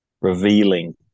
revealing